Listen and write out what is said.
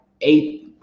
eight